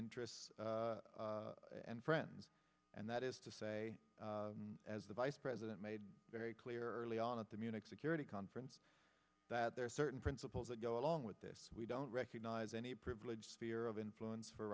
interests and friends and that is to say as the vice president made very clear early on at the munich security conference that there are certain principles that go along with this we don't recognize any privilege fear of influence for